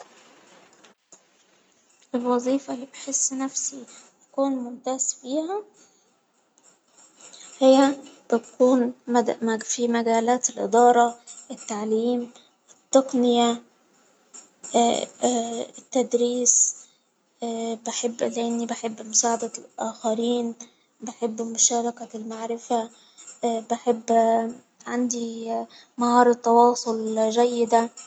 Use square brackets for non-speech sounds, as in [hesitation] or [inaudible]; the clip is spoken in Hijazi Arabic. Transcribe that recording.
الوظيفة اللي بحس نفسي أكون ممتاز فيها، هي تكون [hesitation] في مجالات الإدارة، التعليم، التقنية، [hesitation] التدريس [hesitation] بحب لإني بحب مساعدة الآخرين، بحب مشاركة في المعرفة، [hesitation] بحب [hesitation] عندي [hesitation] مهارة تواصل جيدة.